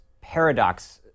paradox